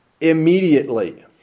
immediately